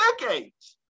decades